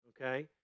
okay